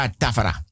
tafara